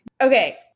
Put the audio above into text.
Okay